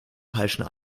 falschen